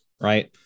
Right